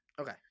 Okay